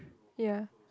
ya